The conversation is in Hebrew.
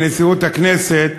לנשיאות הכנסת,